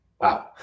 Wow